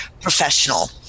professional